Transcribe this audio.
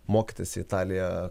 mokytis į italiją